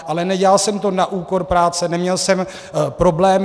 Ale nedělal jsem to na úkor práce, neměl jsem problémy.